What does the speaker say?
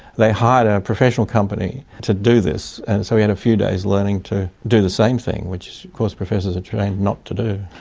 they hired a professional company to do this, and so we had a few days learning to do the same thing which of course professors are trained not to do.